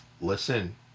listen